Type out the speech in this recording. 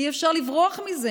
אי-אפשר לברוח מזה.